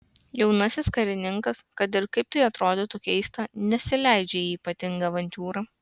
jaunasis karininkas kad ir kaip tai atrodytų keista nesileidžia į ypatingą avantiūrą